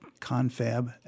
Confab